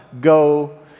go